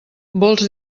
vols